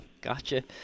gotcha